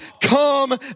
come